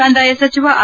ಕಂದಾಯ ಸಚಿವ ಆರ್